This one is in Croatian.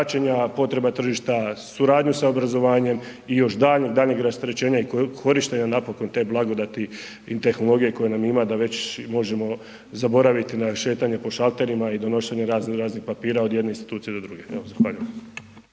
potreba tržišta, suradnju sa obrazovanjem i još daljnjeg, daljnjeg rasterećenja i korištenja napokon te blagodati i tehnologije koja nam ima da već možemo zaboraviti na šetanje po šalterima i donošenje razno raznih papira od jedne institucije do druge.